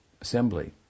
assembly